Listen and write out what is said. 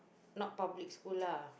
not public school lah